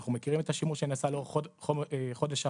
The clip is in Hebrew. אנחנו מכירים את השימוש שנעשה לאורך חודש הרמדאן,